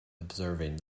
observing